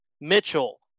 Mitchell